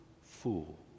fool